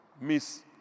Miss